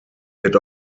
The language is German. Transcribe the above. wird